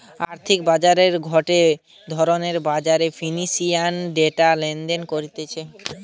আর্থিক বাজার গটে ধরণের বাজার ফিন্যান্সের ডেটা লেনদেন করতিছে